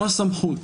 הוא הסמכות.